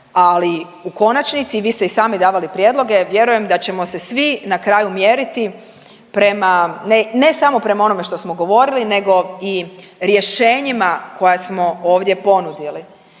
ali u konačnici i vi ste i sami davali prijedloge, vjerujem da ćemo se svi na kraju mjeriti prema, ne, ne samo prema onome što smo govorili nego i rješenjima koja smo ovdje ponudili